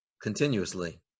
continuously